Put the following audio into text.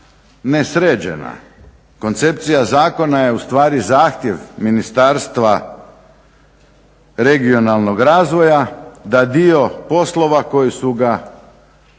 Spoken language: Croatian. nesređena, koncepcija zakona je ustvari zahtjev Ministarstva regionalnog razvoja da dio poslova koji su ga opterećivali